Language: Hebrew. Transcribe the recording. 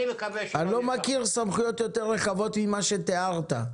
אני מקווה --- אני לא מכיר סמכויות יותר רחבות ממה שתיארת.